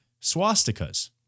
swastikas